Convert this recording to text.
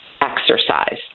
exercise